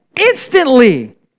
instantly